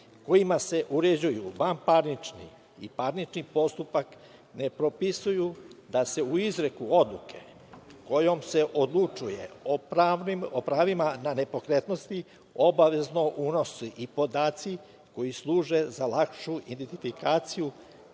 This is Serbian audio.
kojima se uređuju vanparnični i parnični postupak, ne propisuju da se u izreku odluku, kojom se odlučuje o pravima na nepokretnosti, obavezno unose i podaci koji službe za lakšu identifikaciju